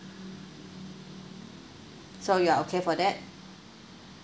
so you are okay for that